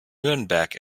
nürnberg